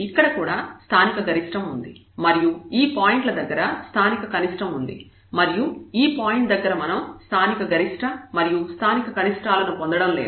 ఇక్కడ కూడా స్థానికగరిష్టం ఉంది మరియు ఈ పాయింట్ల దగ్గర స్థానిక కనిష్టం ఉంది మరియు ఈ పాయింట్ దగ్గర మనం స్థానిక గరిష్ట మరియు స్థానిక కనిష్టాల ను పొందడం లేదు